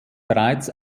bereits